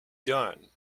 done